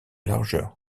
largeur